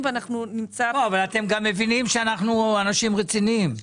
אבל אתם גם מבינים שאנחנו אנשים רציניים.